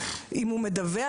אם הוא מדווח,